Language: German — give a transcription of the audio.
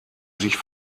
sich